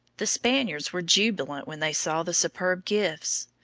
the spaniards were jubilant when they saw the superb gifts.